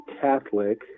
Catholic